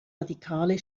radikale